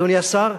אדוני השר,